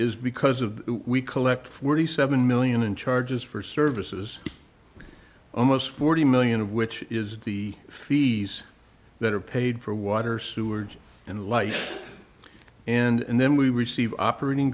is because of we collect forty seven million in charges for services almost forty million of which is the fees that are paid for water sewerage and light and then we receive operating